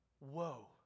whoa